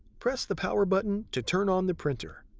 press the power button to turn on the printer.